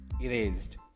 Erased